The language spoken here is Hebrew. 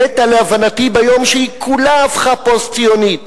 מתה להבנתי ביום שהיא כולה הפכה פוסט-ציונית,